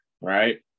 right